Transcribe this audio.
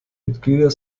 mitglieder